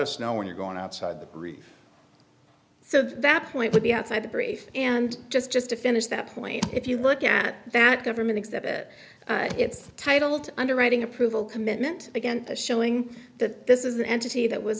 us know when you're going outside the reach so that point would be outside the brief and just just to finish that point if you look at that government exhibit it's titled underwriting approval commitment again showing that this is the entity that was